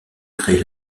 créer